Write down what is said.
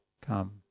come